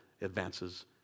advances